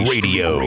Radio